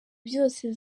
byose